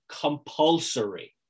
compulsory